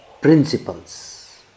principles